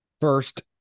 First